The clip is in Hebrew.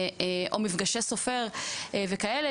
או מפגשי סופר וכאלה,